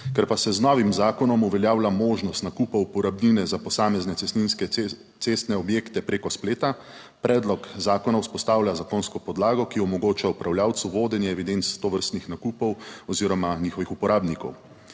Ker pa se z novim zakonom uveljavlja možnost nakupa uporabnine za posamezne cestninske cestne objekte preko spleta, predlog zakona vzpostavlja zakonsko podlago, ki omogoča upravljavcu vodenje evidenc tovrstnih nakupov oziroma njihovih uporabnikov.